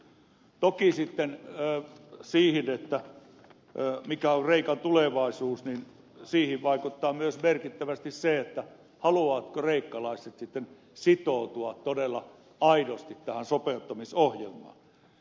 toki sitten siihen mikä on kreikan tulevaisuus vaikuttaa myös merkittävästi se haluavatko kreikkalaiset sitoutua todella aidosti tähän sopeuttamisohjelmaan